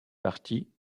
partie